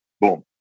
boom